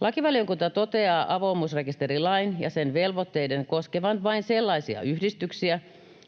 Lakivaliokunta toteaa avoimuusrekisterilain ja sen velvoitteiden koskevan vain sellaisia yhdistyksiä,